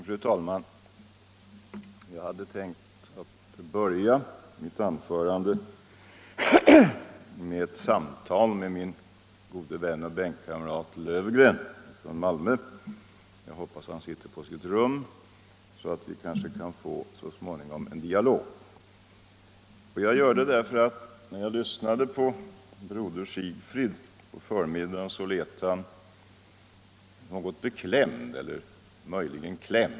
Fru talman! Jag hade tänkt börja mitt anförande med att tala till min gode vän och bänkkamrat Sigfrid Löfgren. Jag hoppas att han sitter på sitt rum så att vi så småningom kan få till stånd en dialog. När jag lyssnade på broder Sigfrid på förmiddagen lät han något beklämd -— eller möjligen klämd.